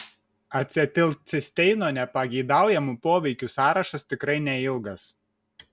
acetilcisteino nepageidaujamų poveikių sąrašas tikrai neilgas